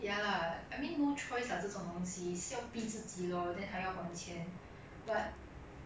okay lah the friends I made is not bad they're quite nice also to help in like helping me